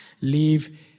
leave